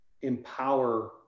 empower